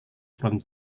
from